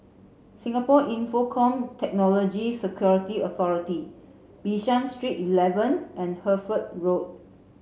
Singapore Infocomm Technology Security Authority Bishan Street eleven and Hertford Road